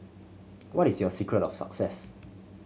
what is your secret of success